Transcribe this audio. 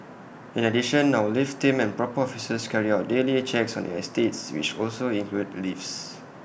in addition our lift team and proper officers carry out daily checks on the estates which also include the lifts